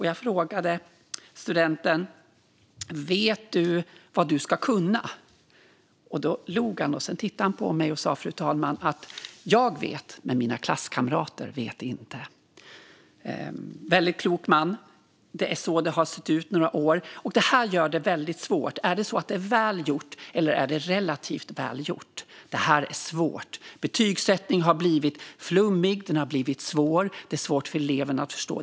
Jag frågade studenten: Vet du vad du ska kunna? Då log han, fru talman. Han tittade på mig och sa: Jag vet, men mina klasskamrater vet inte. Det var en väldigt klok man. Det är så det har sett ut i några år. Detta gör det väldigt svårt. Är det så att det är väl gjort, eller är det relativt väl gjort? Det här är svårt. Betygsättningen har blivit flummig och svår, och den är svår för eleverna att förstå.